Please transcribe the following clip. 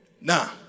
Now